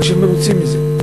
אנשים מרוצים מזה.